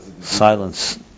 silence